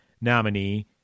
nominee